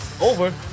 Over